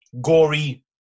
gory